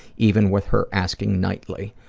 even with her asking nightly.